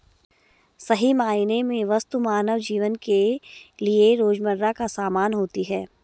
सही मायने में वस्तु मानव जीवन के लिये रोजमर्रा का सामान होता है